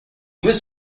was